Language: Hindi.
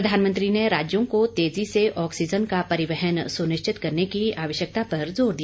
प्रधानमंत्री ने राज्यों को तेजी से ऑक्सीजन का परिवहन सुनिश्चित करने की आवश्यकता पर जोर दिया